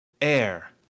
Air